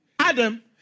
Adam